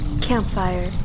Campfire